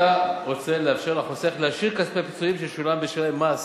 אתה רוצה לאפשר לחוסך להשאיר כספי פיצויים ששולם בשבילם מס